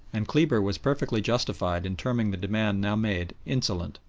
and kleber was perfectly justified in terming the demand now made insolent.